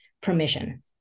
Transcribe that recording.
permission